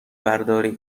برداری